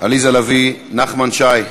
עליזה לביא, נחמן שי,